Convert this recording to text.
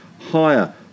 higher